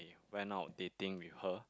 went out dating with her